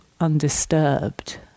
undisturbed